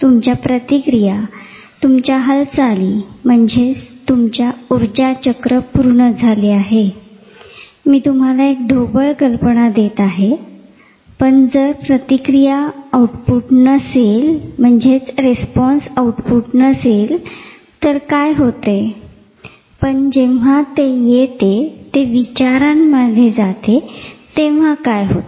तुमच्या प्रतिक्रिया तुमच्या हालचाली म्हणजेच तुमचे उर्जा चक्र पूर्ण झाले आहे असे दर्शवतात मी तुम्हाला एक ढोबळ कल्पना देत आहे पण जर प्रतिक्रिया किंवा आउटपुट नसेल तर काय होते पण जेंव्हा जे येते ते विचारामध्ये जाते तेंव्हा काय होते